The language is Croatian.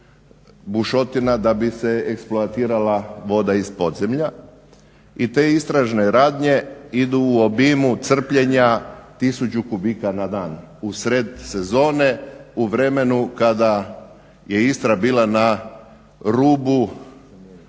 bušotina da bi se eksploatirala voda iz podzemlja. I te istražne radnje idu u obimu crpljenja tisuću kubika na dan u sred sezone u vremenu kada je Istra bila na rubu